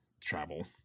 travel